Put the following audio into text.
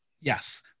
Yes